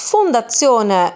Fondazione